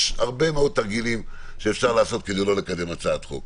יש הרבה מאוד תרגילים שאפשר לעשות כדי לא לקדם הצעת חוק.